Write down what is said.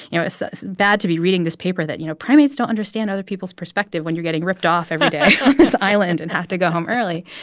you know, it's bad to be reading this paper that, you know, primates don't understand other people's perspective when you're getting ripped off every day. on this island and have to go home early.